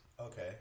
Okay